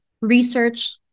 Research